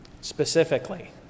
Specifically